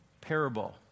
parable